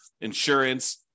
insurance